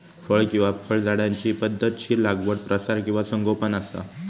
फळ किंवा फळझाडांची पध्दतशीर लागवड प्रसार किंवा संगोपन असा